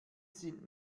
sind